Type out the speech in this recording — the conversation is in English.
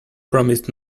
promised